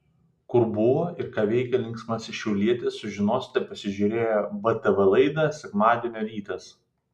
kur buvo ir ką veikė linksmasis šiaulietis sužinosite pasižiūrėję btv laidą sekmadienio rytas